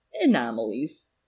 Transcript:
anomalies